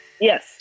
yes